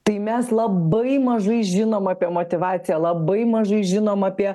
tai mes labai mažai žinoma apie motyvaciją labai mažai žinoma apie